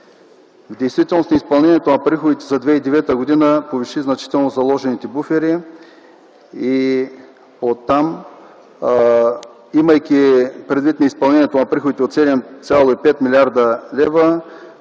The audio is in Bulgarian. В действителност неизпълнението на приходите за 2009 г. повиши значително заложените буфери и оттам, имайки предвид неизпълнението на приходите от 7,5 млрд. лв.,